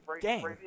game